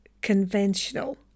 conventional